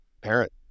parent